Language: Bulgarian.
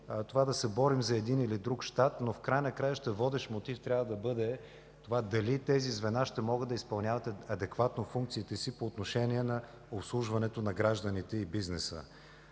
да се борим за един или друг щат. В края на краищата водещ мотив трябва да бъде дали тези звена ще могат да изпълняват адекватно функциите си по отношение на обслужването на гражданите и бизнеса.